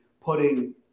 putting